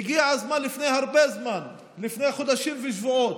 הגיע הזמן לפני הרבה זמן, לפני חודשים ושבועות,